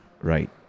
right